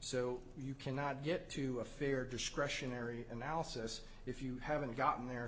so you cannot get to a fair discretionary analysis if you haven't gotten there